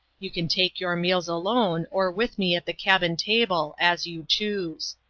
you can take your meals alone or with me at the cabin table as you choose.